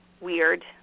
weird